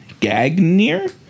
Gagnier